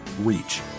reach